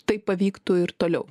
taip pavyktų ir toliau